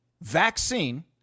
vaccine